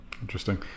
Interesting